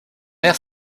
aire